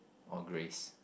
or Grace